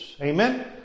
Amen